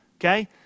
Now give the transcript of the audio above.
okay